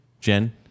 jen